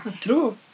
True